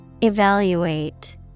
Evaluate